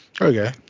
Okay